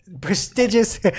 prestigious